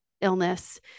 illness